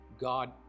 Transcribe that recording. god